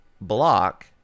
block